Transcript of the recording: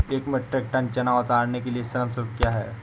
एक metric ton चना उतारने के लिए श्रम शुल्क क्या है?